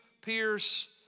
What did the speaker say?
pierce